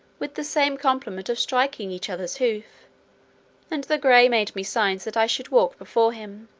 with the same compliment of striking each other's hoof and the gray made me signs that i should walk before him